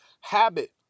habit